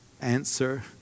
Answer